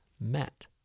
met